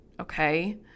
Okay